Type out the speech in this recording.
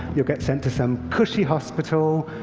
you'll get sent to some cushy hospital.